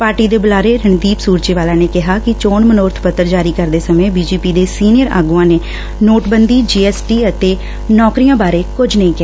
party ਦੇ ਬੂਲਾਰੇ ਰਣਦੀਪ ਸੂਰਜੇਵਾਲ ਨੇ ਕਿਹਾ ਕਿ ਚੋਣ ਮਨੋਰਥ ਪੱਤਰ ਜਾਰੀ ਕਰਦੇ ਸਮੇ ਬੀ ਜੇ ਪੀ ਦੇ ਸੀਨੀਅਰ ਆਗੁਆਂ ਨੇ ਨੋਟਬੰਦੀ ਜੀ ਐਸ ਟੀ ਅਤੇ ਨੌਕਰੀਆਂ ਬਾਰੇ ਕੁਝ ਨਹੀਂ ਕਿਹਾ